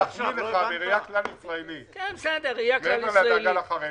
רציתי להחמיא לך בראייה כלל-ישראלית מעבר לדאגה לחרדים.